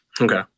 Okay